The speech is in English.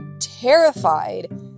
terrified